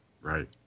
Right